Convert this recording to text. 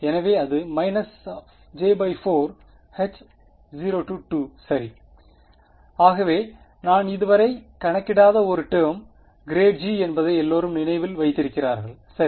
எனவே அது j 4H0 சரி ஆகவே நாம் இதுவரை கணக்கிடாத ஒரு டேர்ம் ∇g என்பதை எல்லோரும் நினைவில் வைத்திருக்கிறார்கள் சரி